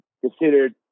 considered